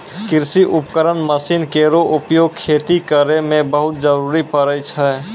कृषि उपकरण मसीन केरो उपयोग खेती करै मे बहुत जरूरी परै छै